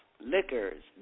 liquors